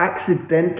accidentally